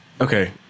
okay